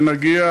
ונגיע,